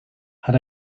had